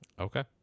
Okay